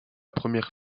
première